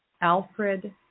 Alfred